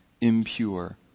impure